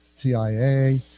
TIA